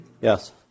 Yes